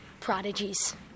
prodigies